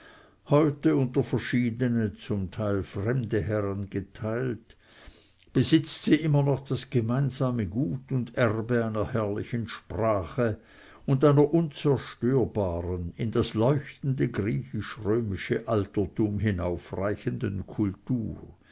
heute unter verschiedene zum teil fremde herren geteilt besitzt sie immer noch das gemeinsame gut und erbe einer herrlichen sprache und einer unzerstörbaren in das leuchtende griechisch-römische altertum hinaufreichenden kultur